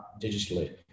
digitally